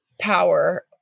power